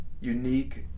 unique